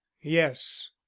yes